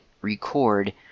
record